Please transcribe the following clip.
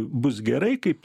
bus gerai kaip